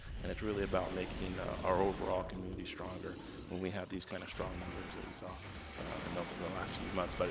and it's really about making our overall community stronger when we have these kind of strong numbers that we saw in the the last few months. but,